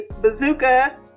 bazooka